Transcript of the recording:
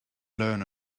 learn